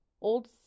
old